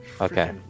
Okay